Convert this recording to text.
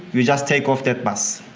you just take off that bus.